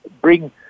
bring